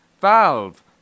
Valve